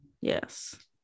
Yes